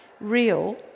real